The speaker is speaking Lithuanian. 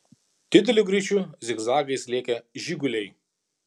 dideliu greičiu zigzagais lėkė žiguliai